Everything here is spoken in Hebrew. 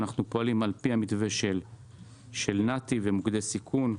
אנחנו פועלים על פי המתווה של נת"י ומוקדי סיכון,